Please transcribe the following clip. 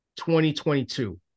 2022